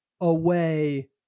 away